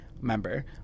member